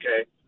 okay